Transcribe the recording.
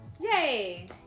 Yay